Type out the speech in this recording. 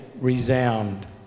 resound